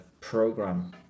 program